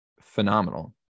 phenomenal